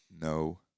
No